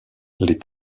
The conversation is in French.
les